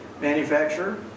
manufacturer